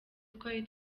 twari